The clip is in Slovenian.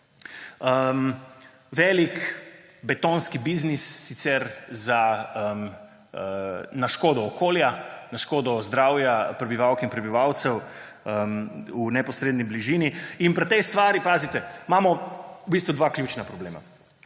Velik betonski biznis, sicer na škodo okolja, na škodo zdravja prebivalk in prebivalcev v neposredni bližini. Pri tej stvari, pazite, imamo v bistvu dva ključna problema.